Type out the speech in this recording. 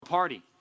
party